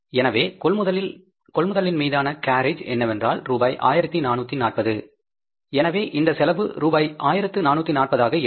எனவே கொள்முதலில் மீதான கேரேஜ் என்னவென்றால் ரூபாய் 1440 எனவே இந்த செலவு ரூபாய் ஆயிரத்து 440 ஆக இருக்கும்